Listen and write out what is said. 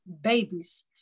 babies